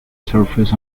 surface